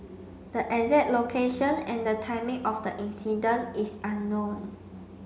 the exact location and the timing of the incident is unknown